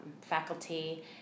faculty